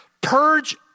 purge